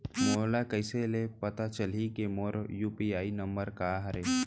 मोला कइसे ले पता चलही के मोर यू.पी.आई नंबर का हरे?